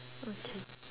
okay